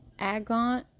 Agon